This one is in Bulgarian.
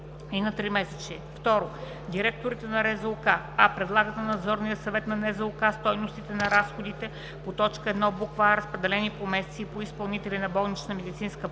и на тримесечие.